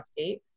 updates